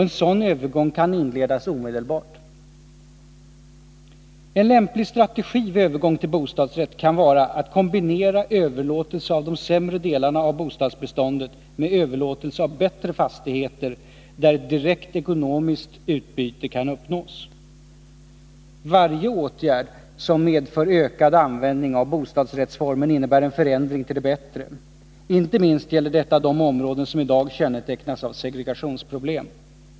En sådan övergång kan inledas omedelbart. En lämplig strategi vid övergång till bostadsrätt kan vara att kombinera överlåtelse av de sämre delarna av bostadsbeståndet med överlåtelse av bättre fastigheter, där ett direkt ekonomiskt utbyte kan uppnås. Varje åtgärd som medför ökad användning av bostadsrättsformen innebär en förändring till det bättre. Inte minst gäller detta de områden som i dag kännetecknas av segregationsproblem.